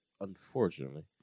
unfortunately